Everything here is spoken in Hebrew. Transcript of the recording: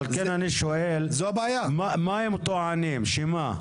על כן, אני שואל מה הם טוענים, שמה?